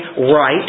right